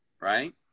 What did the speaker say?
right